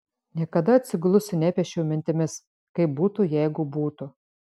niekada atsigulusi nepiešiau mintimis kaip būtų jeigu būtų